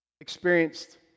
Experienced